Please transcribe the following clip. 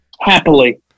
Happily